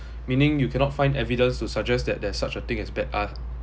meaning you cannot find evidence to suggest that there's such a thing as bad art